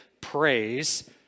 praise